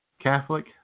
Catholic